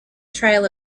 trail